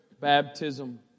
baptism